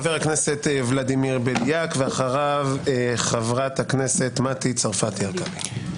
חבר הכנסת ולדימיר בליאק ואחריו חברת הכנסת מטי צרפתי הרכבי.